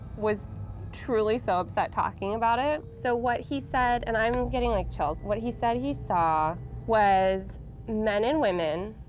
was truly so upset talking about it. so, what he said, and i'm getting like chills, what he said he saw was men and women,